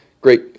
great